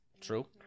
True